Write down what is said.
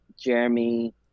Jeremy